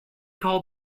call